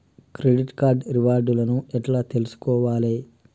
Credit card reward లను ఎట్ల తెలుసుకోవాలే?